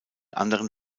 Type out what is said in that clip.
anderen